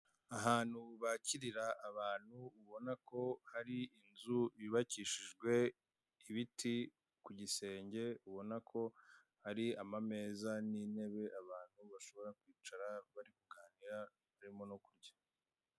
Ahantu bakirira abantu ubonako hari inzu yubakishijwe ibiti ku gisenge, ubonako hari amameza n'intebe abantu bashobora kwicara bari kuganira, barimo no kurya.